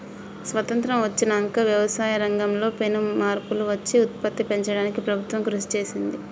స్వాసత్రం వచ్చినంక వ్యవసాయ రంగం లో పెను మార్పులు వచ్చి ఉత్పత్తి పెంచడానికి ప్రభుత్వం కృషి చేసింది